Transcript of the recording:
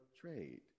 trade